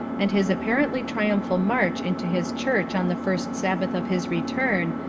and his apparently triumphal march into his church on the first sabbath of his return,